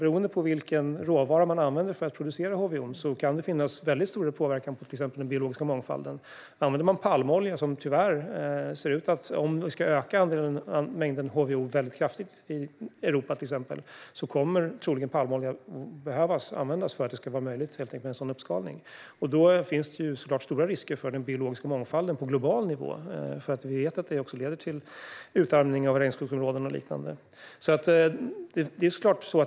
Beroende på vilken råvara man använder för att producera HVO:n kan det finnas väldigt stor påverkan på den biologiska mångfalden. Om vi ska öka mängden HVO väldigt kraftigt i exempelvis Europa kommer vi tyvärr troligen att behöva använda palmolja för att en sådan uppskalning ska vara möjlig. Då finns det såklart stora risker för den biologiska mångfalden på global nivå. Vi vet ju att det här även leder till utarmning av regnskogsområden och liknande.